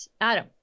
Adam